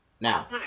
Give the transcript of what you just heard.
Now